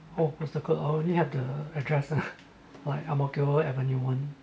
oh postal code I only have the address ah like Ang Mo Kio avenue one